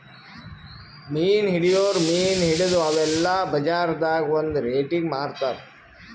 ಮೀನ್ ಹಿಡಿಯೋರ್ ಮೀನ್ ಹಿಡದು ಅವೆಲ್ಲ ಬಜಾರ್ದಾಗ್ ಒಂದ್ ರೇಟಿಗಿ ಮಾರ್ತಾರ್